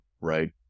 right